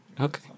okay